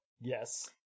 Yes